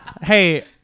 Hey